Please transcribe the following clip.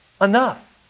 Enough